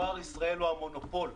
דואר ישראל הוא המונופול,